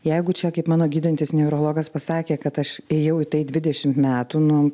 jeigu čia kaip mano gydantis neurologas pasakė kad aš ėjau į tai dvidešimt metų nu